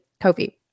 Kofi